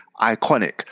iconic